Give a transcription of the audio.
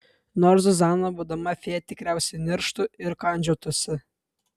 nors zuzana būdama fėja tikriausiai nirštų ir kandžiotųsi